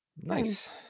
nice